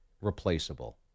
replaceable